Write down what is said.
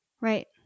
Right